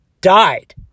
died